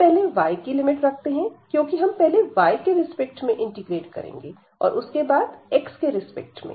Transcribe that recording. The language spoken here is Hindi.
हम पहले y की लिमिट रखते हैं क्योंकि हम पहले y के रिस्पेक्ट में इंटीग्रेट करेंगे और उसके बाद x के रिस्पेक्ट में